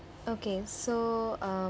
okay so um